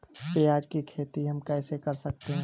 प्याज की खेती हम कैसे कर सकते हैं?